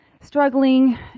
struggling